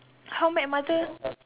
how met mother